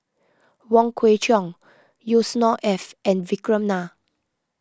Wong Kwei Cheong Yusnor Ef and Vikram Nair